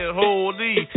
holy